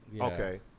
Okay